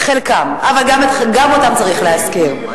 חלקם, אבל גם אותם צריך להזכיר.